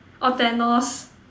orh Thanos